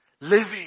Living